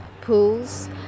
pools